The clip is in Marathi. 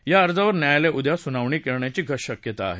या अर्जावर न्यायालय उद्या सुनावणी करण्याची शक्यता आहे